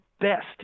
best